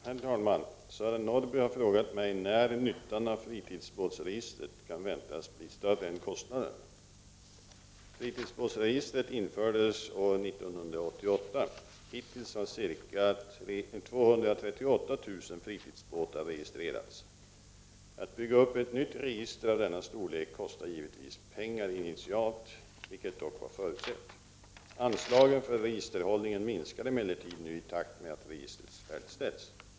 Herr talman! Sören Norrby har frågat mig när nyttan av fritidsbåtsregistret väntas bli större än kostnaden. Fritidsbåtsregistret infördes år 1988. Hittills har ca 238 000 fritidsbåtar registrerats. Att bygga upp ett nytt register av denna storlek kostar givetvis pengar initialt, vilket dock var förutsett. Anslagen för registerhållningen minskar emellertid nu i takt med att registret färdigställs.